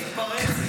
מתפרצת.